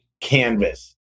canvas